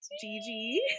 Gigi